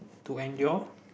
to endure